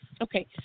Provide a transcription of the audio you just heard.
Okay